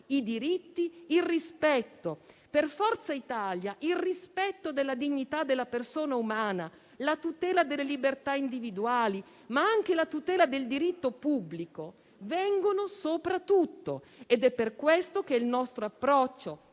i diritti, il rispetto. Per Forza Italia il rispetto della dignità della persona umana, la tutela delle libertà individuali, ma anche la tutela del diritto pubblico vengono sopra tutto, ed è per questo che il nostro approccio